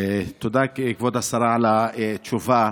תודה, כבוד השרה, על התשובה.